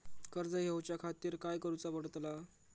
कर्ज घेऊच्या खातीर काय करुचा पडतला?